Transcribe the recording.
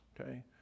okay